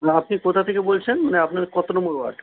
না আপনি কোথা থেকে বলছেন মানে আপনার কতো নম্বর ওয়ার্ড